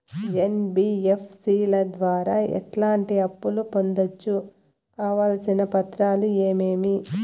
NBFC ల ద్వారా ఎట్లాంటి అప్పులు పొందొచ్చు? కావాల్సిన పత్రాలు ఏమేమి?